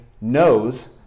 knows